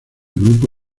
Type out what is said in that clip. grupo